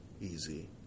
Easy